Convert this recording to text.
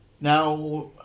Now